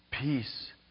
peace